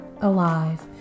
Alive